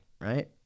right